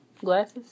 Glasses